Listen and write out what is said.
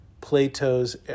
Plato's